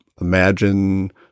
imagine